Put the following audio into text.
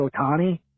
Otani